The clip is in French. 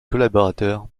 collaborateur